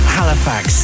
Halifax